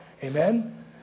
Amen